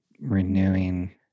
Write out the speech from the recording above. renewing